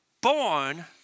born